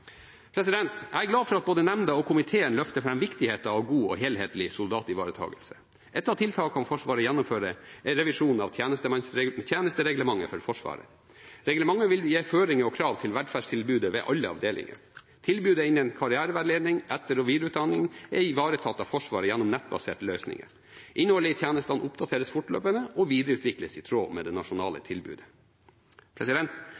Jeg er glad for at både nemnda og komiteen løfter fram viktigheten av god og helhetlig ivaretakelse av soldatene. Et av tiltakene Forsvaret gjennomfører, er revisjon av tjenestereglementet for Forsvaret. Reglementet vil gi føringer og krav til velferdstilbudet ved alle avdelinger. Tilbudet innen karriereveiledning og etter- og videreutdanning er ivaretatt av Forsvaret gjennom nettbaserte løsninger. Innholdet i tjenestene oppdateres fortløpende og videreutvikles i tråd med det nasjonale